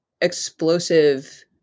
explosive